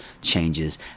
changes